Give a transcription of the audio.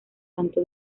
tanto